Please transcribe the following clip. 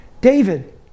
David